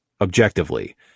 objectively